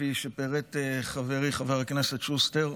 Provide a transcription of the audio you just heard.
כפי שפירט חברי חבר הכנסת שוסטר,